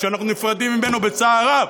שאנחנו נפרדים ממנו בצער רב,